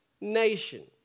nation